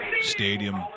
Stadium